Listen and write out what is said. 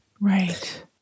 Right